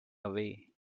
away